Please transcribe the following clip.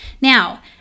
Now